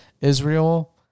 Israel